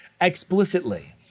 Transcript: explicitly